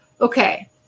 okay